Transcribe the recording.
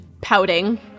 pouting